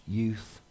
youth